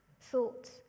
thoughts